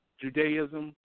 Judaism